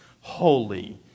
holy